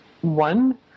one